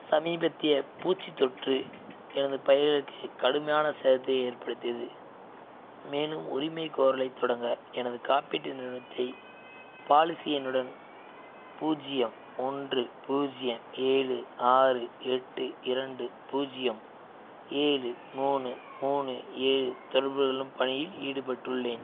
சமீபத்திய பூச்சித் தொற்று எனது பயிர்களுக்கு கடுமையான சேதத்தை ஏற்படுத்தியது மேலும் உரிமைகோரலைத் தொடங்க எனது காப்பீட்டு நிறுவனத்தை பாலிசி எண்ணுடன் பூஜ்ஜியம் ஒன்று பூஜ்ஜியம் ஏழு ஆறு எட்டு இரண்டு பூஜ்ஜியம் ஏழு மூணு மூணு ஏழு தொடர்புகொள்ளும் பணியில் ஈடுபட்டுள்ளேன்